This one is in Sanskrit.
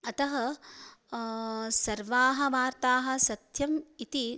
अतः सर्वाः वार्ताः सत्यम् इति